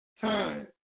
time